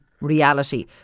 reality